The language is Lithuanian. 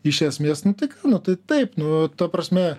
iš esmės nu tai ką nu tai taip nu ta prasme